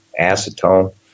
acetone